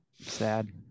sad